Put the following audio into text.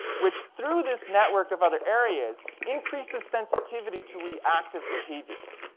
which through this network of other areas, increases sensitivity to reactive behaviors.